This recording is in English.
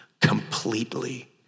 Completely